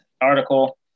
article